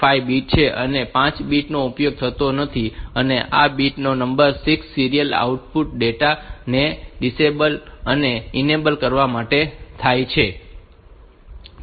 5 bit છે અને 5 bit નો ઉપયોગ થતો નથી અને આ bit number 6 serial output data ને ડિસેબલ અને ઇનેબલ કરવા માટે છે